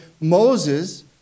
Moses